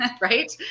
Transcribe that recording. right